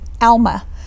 Alma